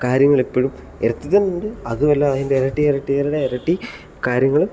കാര്യങ്ങൾ ഇപ്പോഴും എർത്തിൽ തന്നെയുണ്ട് അതുമല്ല അതിൻ്റെ ഇരട്ടി ഇരട്ടിടെ ഇരട്ടി കാര്യങ്ങൾ